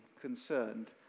concerned